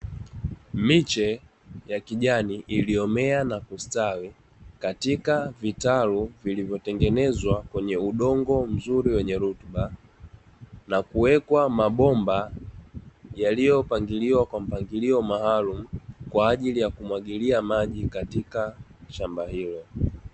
Miche ya kijani iliyomea na kustawi katika vitalu vilivyotengenezwa kwenye udongo mzuri wenye rutuba na kuwekwa mabomba yaliyopangiliwa kwa mpangilio maalumu kwa ajili ya kumwagilia maji katika shamba hilo.